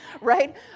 right